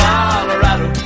Colorado